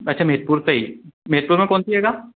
अच्छा मेधपुर से ही मेधपुर में कौन सी जगह